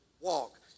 walk